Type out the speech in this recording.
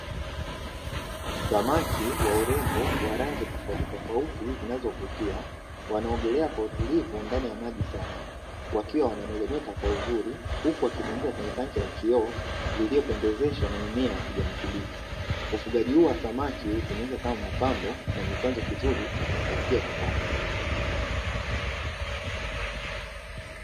Samaki wa urembo wa rangi tofautitofauti zinazovutia, wanaogelea kwa utulivu ndani ya maji safi, wakiwa wanameremeta kwa uzuri huku wakizunguka kwenye tanki la kioo, lililopendezeshwa na kijani kibichi. Ufugaji huu wa samaki hutumika kama mapambo, na ni chanzo kizuri cha kujipatia kipato.